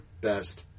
best